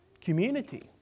community